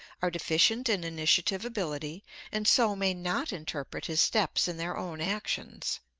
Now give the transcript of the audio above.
are deficient in initiative ability and so may not interpret his steps in their own actions.